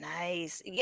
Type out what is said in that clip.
nice